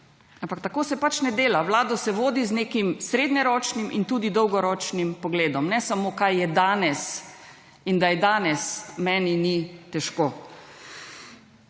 tako se ne dela. Vlado se vodi z nekim srednjeročnim in tudi dolgoročnim pogledom ne samo kaj je danes in da danes meni ni težko.